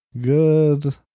good